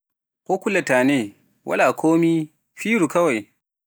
Ko kulataa ne, walaa koomi, fiiru kaway.